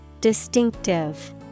Distinctive